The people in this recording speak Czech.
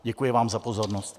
Děkuji vám za pozornost.